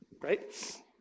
right